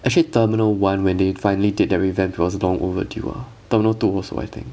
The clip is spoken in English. actually terminal one when they finally did the revamp it was long overdue ah terminal two also I think